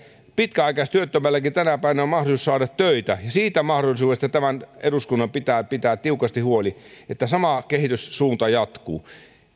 pitkäaikaistyöttömälläkin on tänä päivänä mahdollisuus saada töitä ja siitä mahdollisuudesta tämän eduskunnan pitää pitää tiukasti huoli että sama kehityssuunta jatkuu